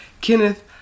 Kenneth